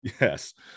Yes